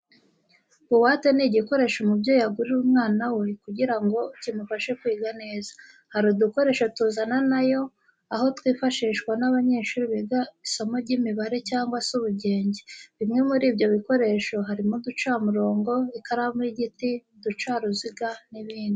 Buwate ni igikoresho umubyeyi agurira umwana kugira ngo kimufashe kwiga neza. Hari udukoresho tuzana na yo, aho twifashishwa n'abanyeshuri biga isomo ry'imibare cyangwa se ubugenge. Bimwe muri ibyo bikoresho harimo uducamurongo, ikaramu y'igiti, uducaruziga n'ibindi.